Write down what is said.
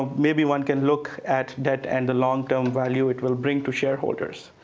um maybe one can look at that and the long term value it will bring to shareholders.